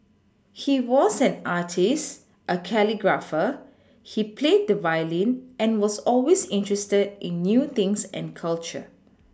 he was an artist a calligrapher he played the violin and was always interested in new things and culture